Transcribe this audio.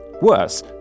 Worse